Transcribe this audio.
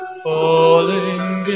falling